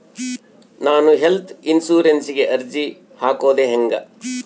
ನಾನು ಹೆಲ್ತ್ ಇನ್ಸುರೆನ್ಸಿಗೆ ಅರ್ಜಿ ಹಾಕದು ಹೆಂಗ?